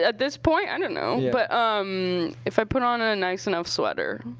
this point. i don't know, but if i put on a nice enough sweater,